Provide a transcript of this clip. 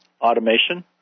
automation